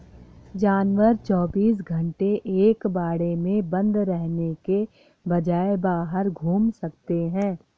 जानवर चौबीस घंटे एक बाड़े में बंद रहने के बजाय बाहर घूम सकते है